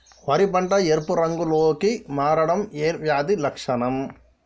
వరి పంట ఎరుపు రంగు లో కి మారడం ఏ వ్యాధి లక్షణం?